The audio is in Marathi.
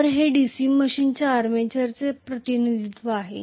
तर हे DC मशीनच्या आर्मेचरचे प्रतिनिधित्व आहे